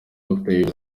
yves